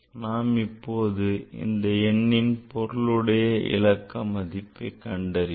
நாம் இப்போது இந்த எண்ணின் பொருளுடைய இலக்க மதிப்பை கண்டறிவோம்